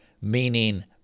meaning